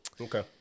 Okay